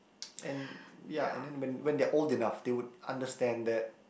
and ya and then when when they are old enough they would understand that